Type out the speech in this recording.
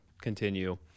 continue